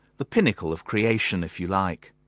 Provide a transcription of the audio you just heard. the pinnacle of creation if you like.